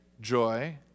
joy